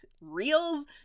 Reels